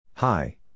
Hi